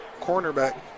cornerback